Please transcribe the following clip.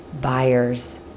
buyers